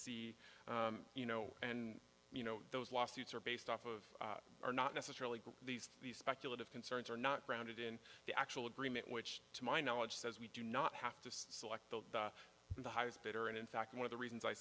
see you know and you know those lawsuits are based off of are not necessarily these these speculative concerns are not grounded in the actual agreement which to my knowledge says we do not have to select the the highest bidder and in fact one of the reasons i